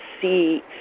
see